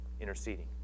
interceding